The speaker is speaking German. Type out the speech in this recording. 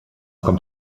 kommt